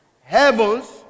Heavens